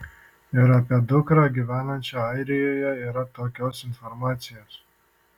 ir apie dukrą gyvenančią airijoje yra tokios informacijos